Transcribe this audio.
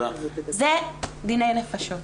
זה דיני נפשות.